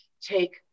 take